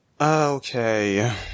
okay